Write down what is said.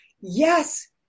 yes